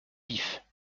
vifs